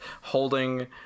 holding